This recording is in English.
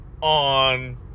on